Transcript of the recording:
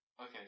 Okay